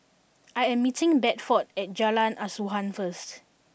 I am meeting Bedford at Jalan Asuhan first